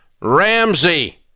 RAMSEY